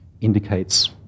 indicates